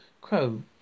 Crow